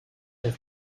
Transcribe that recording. have